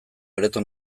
areto